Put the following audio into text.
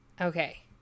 Okay